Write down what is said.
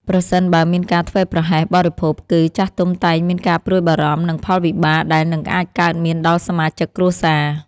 ប្រសិនបើមានការធ្វេសប្រហែសបរិភោគ គឺ ចាស់ទុំតែងតែមានការព្រួយបារម្ភ និងផលវិបាកដែលនឹងអាចកើតមានដល់សមាជិកគ្រួសារ។